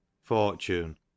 fortune